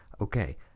Okay